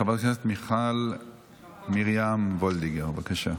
חברת הכנסת מיכל מרים וולדיגר, בבקשה.